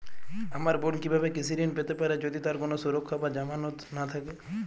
আমার বোন কীভাবে কৃষি ঋণ পেতে পারে যদি তার কোনো সুরক্ষা বা জামানত না থাকে?